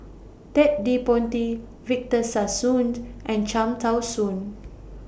Ted De Ponti Victor Sassoon and Cham Tao Soon